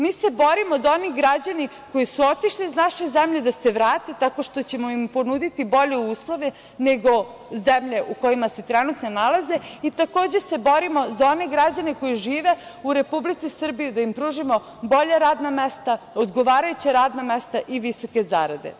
Mi se borimo da se vrate oni građani koji su otišli iz naše zemlje, tako što ćemo im ponuditi bolje uslove nego zemlje u kojima se trenutno nalaze i takođe se borimo za one građane koji žive u Republici Srbiji, da im pružimo bolja radna mesta, odgovarajuća radna mesta i visoke zarade.